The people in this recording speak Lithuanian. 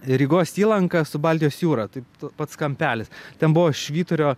rygos įlanka su baltijos jūra taip pats kampelis ten buvo švyturio